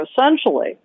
essentially